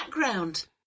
background